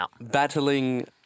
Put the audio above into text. battling